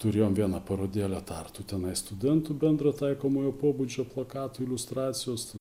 turėjom vieną parodėlę tartu tenai studentų bendro taikomojo pobūdžio plakatų iliustracijos